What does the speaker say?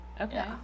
okay